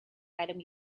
item